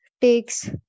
takes